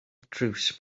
drws